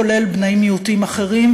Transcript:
כולל בני מיעוטים אחרים,